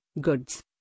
goods